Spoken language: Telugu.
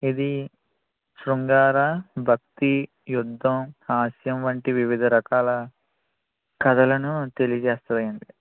ఇది శృంగార భక్తి యుద్దం హాస్యం వంటి వివిధ రకాల కథలని తెలియజేస్తుందండి